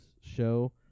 show